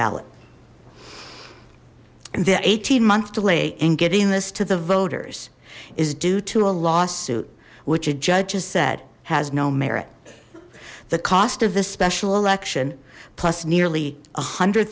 ballot the eighteen month delay in getting this to the voters is due to a lawsuit which a judge has said has no merit the cost of this special election plus nearly one hundred